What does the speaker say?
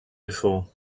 before